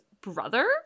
brother